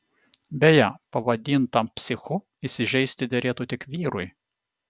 beje pavadintam psichu įsižeisti derėtų tik vyrui